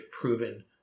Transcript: proven